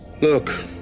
Look